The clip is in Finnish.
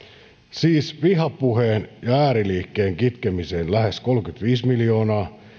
siis vihapuheen ja ääriliikkeiden kitkemiseen lähes kolmekymmentäviisi miljoonaa